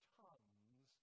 tons